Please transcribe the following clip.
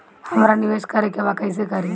हमरा निवेश करे के बा कईसे करी?